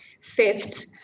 fifth